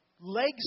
legs